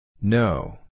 No